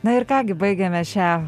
na ir ką gi baigiame šią